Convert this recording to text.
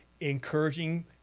encouraging